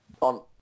On